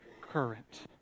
current